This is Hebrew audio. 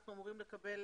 לגבי